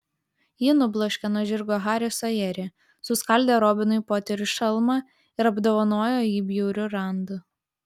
ji nubloškė nuo žirgo harį sojerį suskaldė robinui poteriui šalmą ir apdovanojo jį bjauriu randu